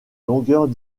longueurs